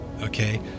okay